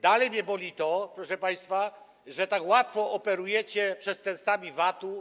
Dalej mnie boli to, proszę państwa, że tak łatwo operujecie przestępstwami VAT-u.